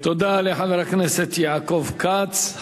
תודה לחבר הכנסת יעקב כץ.